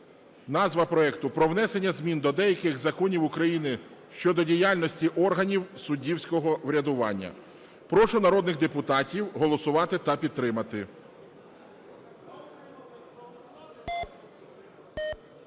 Назва проекту: про внесення змін до деяких законів України щодо діяльності органів суддівського врядування. Прошу народних депутатів голосувати та підтримати.